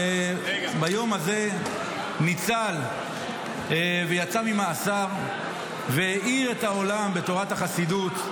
שביום הזה ניצל ויצא ממאסר והאיר את העולם בתורת החסידות.